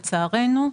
לצערנו,